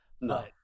No